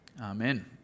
Amen